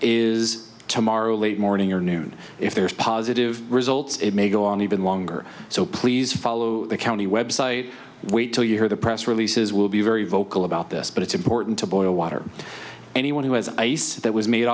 is tomorrow late morning or noon if there's positive results it may go on even longer so please follow the county website wait till you hear the press releases will be very vocal about this but it's important to boil water anyone who has ice that was made